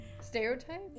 stereotype